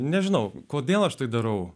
nežinau kodėl aš tai darau